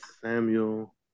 Samuel